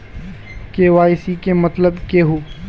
KYC के मतलब केहू?